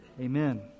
Amen